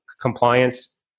compliance